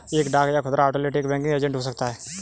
एक डाक या खुदरा आउटलेट एक बैंकिंग एजेंट हो सकता है